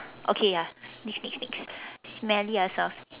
okay ya next next next smelly